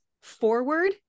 forward